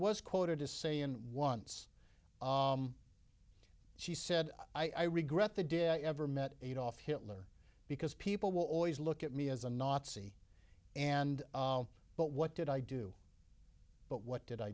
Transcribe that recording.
was quoted as saying once she said i regret the day i ever met adolf hitler because people will always look at me as a nazi and but what did i do but what did i